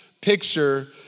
picture